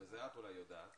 ואולי את יודעת